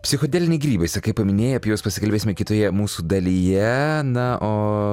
psichodeliniai grybai sakai paminėjai apie juos pakalbėsime kitoje mūsų dalyje na o